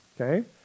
Okay